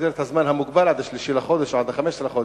במסגרת הזמן המוגבל עד 3 בחודש או עד 15 בחודש